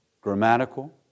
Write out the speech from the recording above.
grammatical